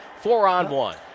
four-on-one